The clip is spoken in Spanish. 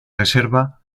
reserva